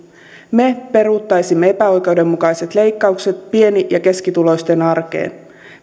me peruuttaisimme epäoikeudenmukaiset leikkaukset pieni ja keskituloisten arkeen